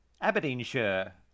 Aberdeenshire